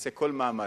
אעשה כל מאמץ,